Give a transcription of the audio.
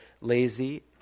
lazy